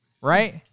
right